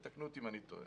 ותקנו אותי אם אני טועה.